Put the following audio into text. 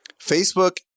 Facebook